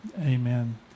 Amen